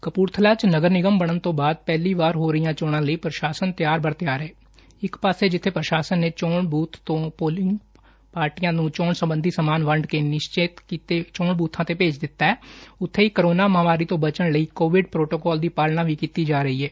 ਕਪੁਰਥਲਾ ਚ ਨਗਰ ਨਿਗਮ ਬਣਨ ਤੋ ਬਾਅਦ ਪਹਿਲੀ ਵਾਰ ਹੋ ਰਹੀਆਂ ਚੋਣਾ ਲਈ ਪ੍ਰਸ਼ਾਸਨ ਤਿਆਰ ਬਰ ਤਿਆਰ ਏ ਇਕ ਪਾਸੇ ਜਿੱਬੇ ਪੁਸ਼ਾਸਨ ਨੇ ਚੋਣ ਬੁਬ ਤੇ ਪੋਲਿੰਗ ਪਾਰਟੀਆਂ ਨੂੰ ਚੋਣ ਸਬੰਧੀ ਸਮਾਨ ਵੰਡ ਕੇ ਨਿਸ਼ਚਤ ਕੀਤੇ ਚੋਣ ਬੁਬਾਂ ਤੇ ਭੇਜ ਦਿੱਤੈ ਉਬੇ ਹੀ ਕੋਰੇਨਾ ਮਹਾਮਾਰੀ ਤੂੰ ਬਚਣ ਲਈ ਕੋਵਿਡ ਪ੍ਰੋਟੰਕੋਲ ਦੀ ਪਾਲਣਾ ਵੀ ਕੀਤੀ ਜਾ ਰਹੀ ਏ